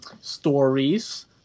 stories